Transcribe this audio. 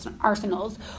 arsenals